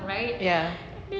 ya